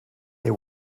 they